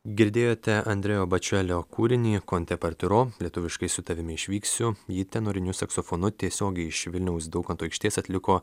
girdėjote andrejo bačelio kūrinį con te partiro lietuviškai su tavimi išvyksiu ji tenoriniu saksofonu tiesiogiai iš vilniaus daukanto aikštės atliko